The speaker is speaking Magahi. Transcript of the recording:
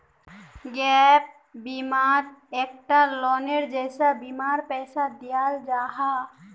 गैप बिमात एक टा लोअनेर जैसा बीमार पैसा दियाल जाहा